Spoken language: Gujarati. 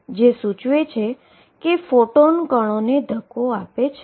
જે સૂચવે છે કે ફોટોન પાર્ટીકલને ધક્કો આપે છે